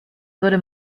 würde